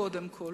קודם כול.